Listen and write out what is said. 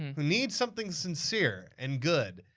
who needs something sincere and good,